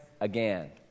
again